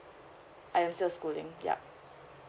I'm still schooling yup